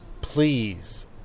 Please